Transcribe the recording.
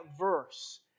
verse